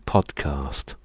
Podcast